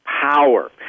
power